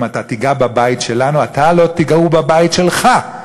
אם אתה תיגע בבית שלנו אתה לא תגור בבית שלך.